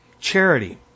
Charity